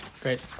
great